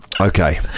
Okay